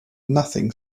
nothing